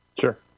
Sure